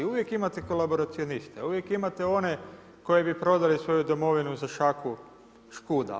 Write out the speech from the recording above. Uvijek imate kolaboracionista, uvijek imate one koji bi prodali svoju domovinu za šaku škuda.